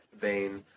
vein